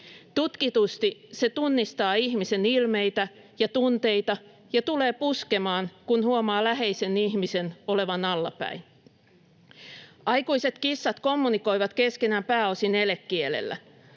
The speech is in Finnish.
Tutkitusti se tunnistaa ihmisen ilmeitä ja tunteita ja tulee puskemaan, kun huomaa läheisen ihmisen olevan allapäin. Aikuiset kissat kommunikoivat keskenään pääosin elekielellä.